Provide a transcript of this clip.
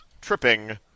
tripping